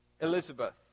Elizabeth